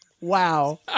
Wow